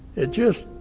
it just,